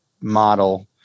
model